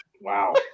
Wow